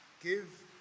Give